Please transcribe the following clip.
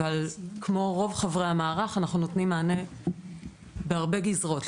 אבל כמו רוב חברי המערך אנחנו נותנים מענה בהרבה גזרות,